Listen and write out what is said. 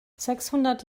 sechshundert